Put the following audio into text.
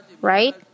Right